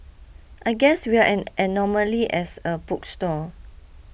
I guess we're an anomaly as a book store